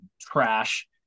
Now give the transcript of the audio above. trash